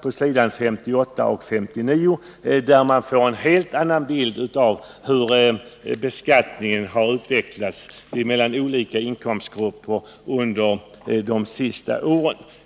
finns på sidorna 58 och 59. Där ges en helt annan bild av hur beskattningen under de senaste åren har utvecklats för olika inkomstgrupper.